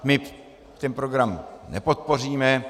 My ten program nepodpoříme.